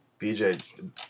BJ